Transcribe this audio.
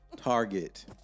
Target